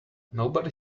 nobody